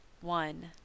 one